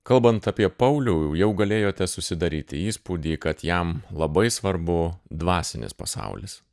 kalbant apie paulių jau galėjote susidaryti įspūdį kad jam labai svarbu dvasinis pasaulis